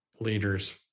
leaders